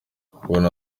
kubona